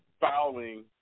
fouling